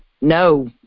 no